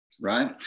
right